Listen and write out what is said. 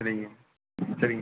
சரிங்க சரிங்க